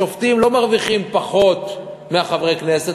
השופטים לא מרוויחים פחות מחברי הכנסת,